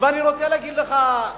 אני רוצה להגיד לך,